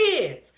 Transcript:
kids